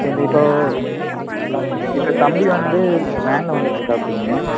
இந்த இப்போ ஏன்னா தம்பி வந்து வேனில் வந்துட்ருக்காப்பிடிங்க